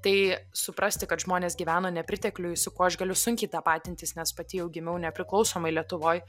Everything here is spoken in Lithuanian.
tai suprasti kad žmonės gyveno nepritekliuj su kuo aš galiu sunkiai tapatintis nes pati jau gimiau nepriklausomoj lietuvoj